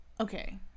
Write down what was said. okay